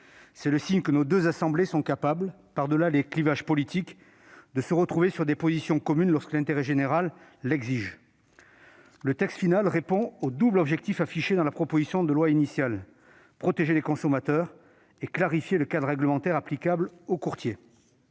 C'est le signe que nos deux assemblées sont capables, par-delà les clivages politiques, de se retrouver sur des positions communes lorsque l'intérêt général l'exige. Le texte final répond au double objectif affiché dans la proposition de loi initiale : protéger les consommateurs et clarifier le cadre réglementaire applicable aux courtiers.